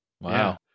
Wow